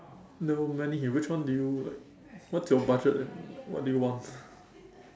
there were many which one do you like what's your budget and what do you want